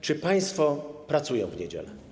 Czy państwo pracują w niedzielę?